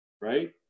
right